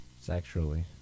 sexually